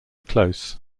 close